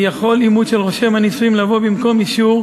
יכול אימות של רושם הנישואים לבוא במקום אישור